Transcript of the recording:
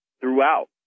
throughout